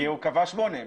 כי הוא קבע שמונה.